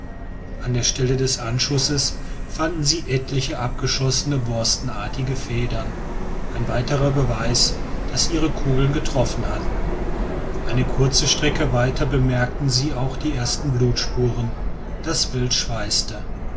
an der stelle des anschusses fanden sie etliche abgeschossene borstenartige federn ein weiterer beweis daß ihre kugeln getroffen hatten eine kurze strecke weiter bemerkten sie auch die ersten blutspuren das